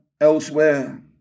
elsewhere